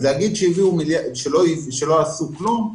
להגיד שלא עשו כלום?